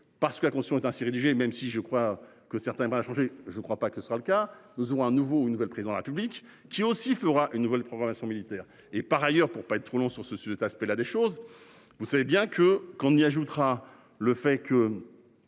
parce que la condition est ainsi rédigé, même si je crois que certains pas changer. Je ne crois pas que ce sera le cas nous aurons un nouveau, une nouvelle prison public qui est aussi fera une nouvelle programmation militaire et par ailleurs pour pas être trop long sur ce sujet. Cet aspect-là des choses, vous savez bien que quand on y ajoutera le fait que.